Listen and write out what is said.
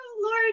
lord